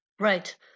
Right